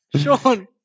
Sean